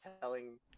telling